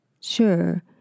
sure